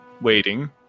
waiting